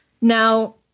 Now